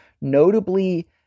Notably